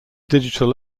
digital